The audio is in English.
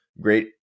great